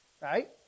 right